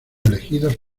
elegidos